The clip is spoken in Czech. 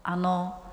Ano.